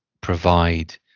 provide